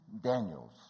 Daniels